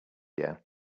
year